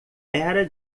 era